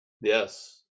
yes